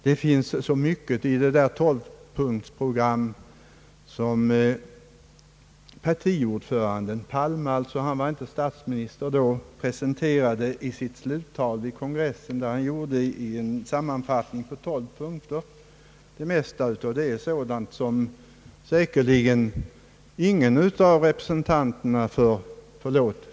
Det finns så mycket i det tolvpunktersprogram som partiordföranden "Palme — han var inte statsminister då — presenterade i sitt sluttal vid kongressen, som säkerligen ingen av representanterna för — förlåt!